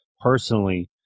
personally